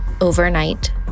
overnight